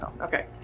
Okay